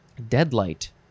Deadlight